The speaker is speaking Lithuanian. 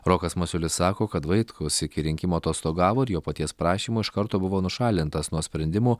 rokas masiulis sako kad vaitkus iki rinkimų atostogavo jo paties prašymu iš karto buvo nušalintas nuo sprendimų